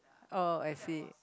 oh I see